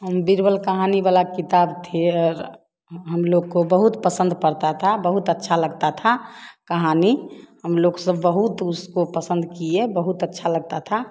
हम बीरबल कहानी वाला किताब थे हम लोग को बहुत पसंद पड़ता था बहुत अच्छा लगता था कहानी हम लोग हम लोग सो बहुत उस को पसंद किए बहुत अच्छा लगता था